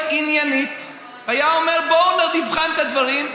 עניינית והיה אומר: בואו נבחן את הדברים,